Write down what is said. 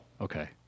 Okay